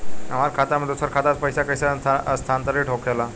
हमार खाता में दूसर खाता से पइसा कइसे स्थानांतरित होखे ला?